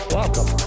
Welcome